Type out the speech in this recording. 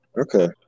Okay